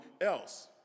else